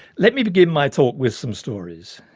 let me begin my talk with some stories.